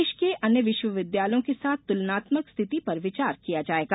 देश के अन्य विश्वविद्यालयों के साथ तुलनात्मक स्थिति पर विचार किया जायेगा